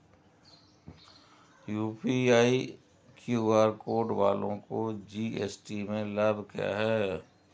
UPI QR code वालों को GST में लाभ क्या है?